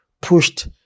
pushed